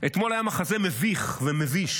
אתמול היה מחזה מביך ומביש